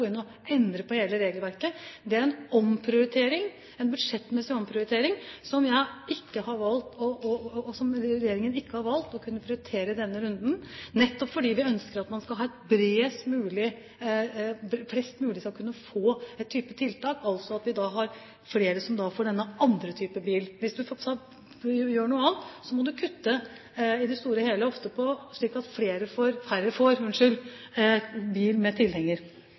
en budsjettmessig omprioritering som regjeringen ikke har valgt å kunne prioritere i denne runden, nettopp fordi vi ønsker at flest mulig skal kunne få en type tiltak, altså at vi da får flere som får denne andre typen bil. Hvis du fortsatt gjør noe annet, må du kutte i det store og hele, slik at færre får bil med tilhenger.